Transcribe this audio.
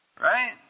Right